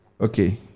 Okay